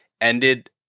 ended